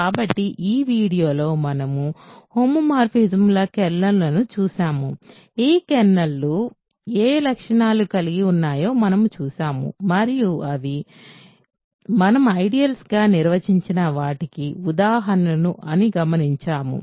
కాబట్టి ఈ వీడియోలో మనము హోమోమార్ఫిజమ్ల కెర్నల్లను చూశాము ఆ కెర్నల్లు ఏ లక్షణాలను కలిగి ఉన్నాయో మనము చూశాము మరియు అవి మనం ఐడియల్స్ గా నిర్వచించిన వాటికి ఉదాహరణలు అని గమనించాము